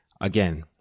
Again